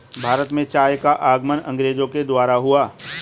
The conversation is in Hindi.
भारत में चाय का आगमन अंग्रेजो के द्वारा हुआ